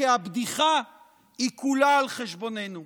כי הבדיחה היא כולה על חשבוננו,